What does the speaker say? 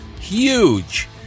huge